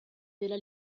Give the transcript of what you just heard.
della